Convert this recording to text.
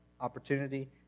opportunity